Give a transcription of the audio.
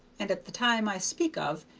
and at the time i speak of,